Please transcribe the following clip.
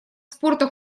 спорта